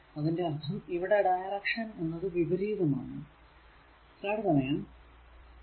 അതിന്റെ അർഥം ഇവിടെ ഡയറക്ഷൻ എന്നത് വിപരീതം ആണ്